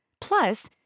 Plus